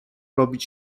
robić